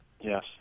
Yes